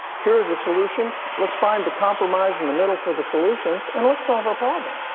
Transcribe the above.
here are the solutions. let's find the compromise in the middle for the solutions and let's solve our problem.